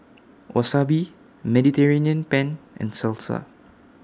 Wasabi Mediterranean Penne and Salsa